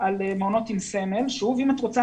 לאן פנינו?